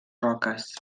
roques